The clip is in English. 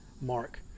Mark